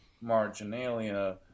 marginalia